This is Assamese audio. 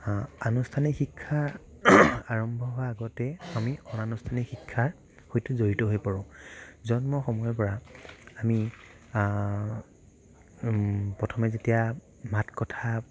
আনুষ্ঠানিক শিক্ষা আৰম্ভ হোৱা আগতে আমি অনানুষ্ঠানিক শিক্ষাৰ সৈতে জড়িত হৈ পৰোঁ জন্ম সময়ৰ পৰা আমি প্ৰথমে যেতিয়া মাত কথা